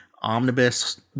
omnibus